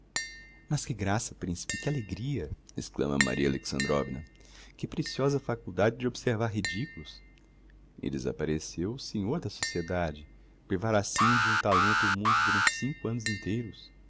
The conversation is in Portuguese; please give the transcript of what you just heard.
mas que graça principe que alegria exclama maria alexandrovna que preciosa faculdade de observar ridiculos e desappareceu o senhor da sociedade privar assim de um talento o mundo durante cinco annos inteiros